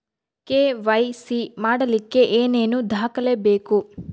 KYC ಮಾಡಲಿಕ್ಕೆ ಏನೇನು ದಾಖಲೆಬೇಕು?